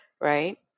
right